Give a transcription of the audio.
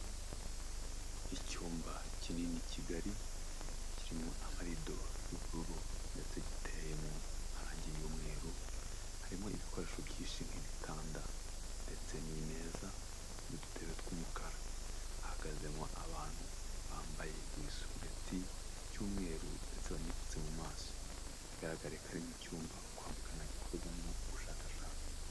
Icyumba kinini kigari kirimo amarido y'ubururu ndetse giteyemo amarangi y'umweru, harimo ibikoresho byinshi nk'ibitanda ndetse n'imeza n'udutebe tw'umukara, hahagazemo abantu bambaye ibisurubeti by'umweru ndetse banipfutse mu maso, bigaragare ko ari nk'icyumba kwa muganga gikorerwamo ubushakashatsi.